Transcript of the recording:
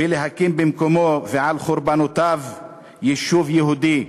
ולהקים במקומו ועל חורבותיו יישוב יהודי.